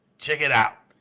check it out,